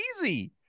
easy